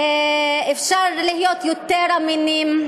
אפשר להיות יותר אמינים,